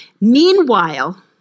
Meanwhile